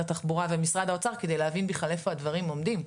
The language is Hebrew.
התחבורה ומשרד האוצר כדי להבין בכלל איפה הדברים עומדים,